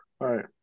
right